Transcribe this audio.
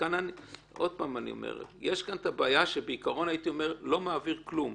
עוד פעם אני אומר: בעיקרון לא הייתי מעביר כלום.